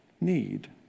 need